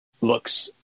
looks